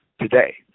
today